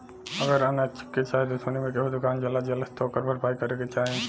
अगर अन्चक्के चाहे दुश्मनी मे केहू दुकान जला देलस त ओकर भरपाई के करे के चाही